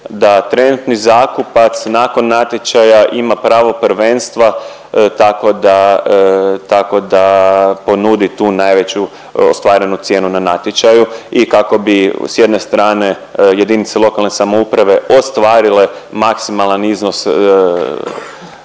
da trenutni zakupac nakon natječaja ima pravo prvenstva, tako da, tako da ponudi tu najveću ostvarenu cijenu na natječaju i kako bi s jedne strane JLS ostvarile maksimalan iznos